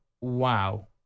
wow